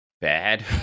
bad